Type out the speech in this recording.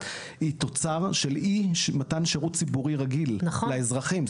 היא תוצר של אי מתן שירות ציבורי רגיל לאזרחים.